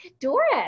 Doris